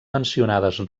mencionades